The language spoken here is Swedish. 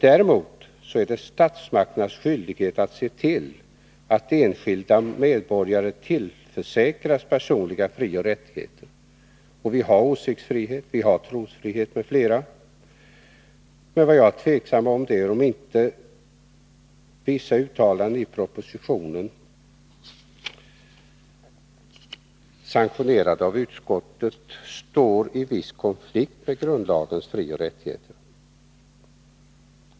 Däremot är det statsmakternas skyldighet att se till att enskilda medborgare tillförsäkras personliga frioch rättigheter. Vi har åsiktsfrihet, trosfrihet m.fl. friheter, och jag är tveksam om det inte är så att vissa uttalanden i propositionen, sanktionerade av utskottet, står i konflikt med grundlagens frioch rättigheter.